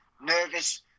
nervous